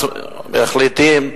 אז מחליטים,